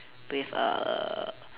with a